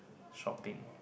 shopping